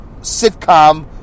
sitcom